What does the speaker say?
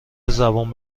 زبون